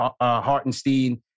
Hartenstein